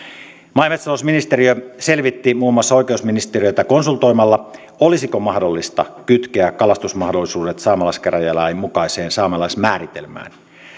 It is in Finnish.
maa ja metsätalousministeriö selvitti muun muassa oikeusministeriötä konsultoimalla olisiko mahdollista kytkeä kalastusmahdollisuudet saamelaiskäräjälain mukaiseen saamelaismääritelmään